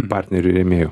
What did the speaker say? partnerių rėmėjų